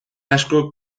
askok